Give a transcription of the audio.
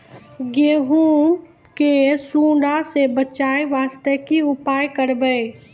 गहूम के सुंडा से बचाई वास्ते की उपाय करबै?